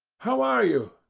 how are you?